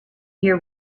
year